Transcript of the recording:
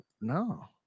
No